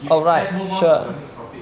alright sure